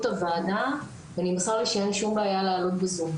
הוועדה ונמסר לי שאין שום בעיה לעלות בזום.